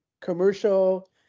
commercial